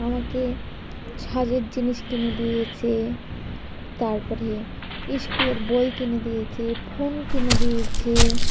আমাকে সাজের জিনিস কিনে দিয়েছে তার পরে স্কুলের বই কিনে দিয়েছে ফোন কিনে দিয়েছে